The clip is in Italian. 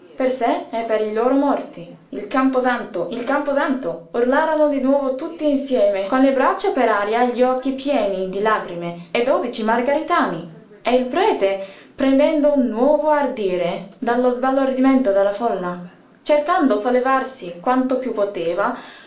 per sé e per i loro morti il camposanto il camposanto urlarono di nuovo tutti insieme con le braccia per aria e gli occhi pieni di lagrime i dodici margaritani e il prete prendendo nuovo ardire dallo sbalordimento della folla cercando di sollevarsi quanto piú poteva